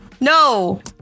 no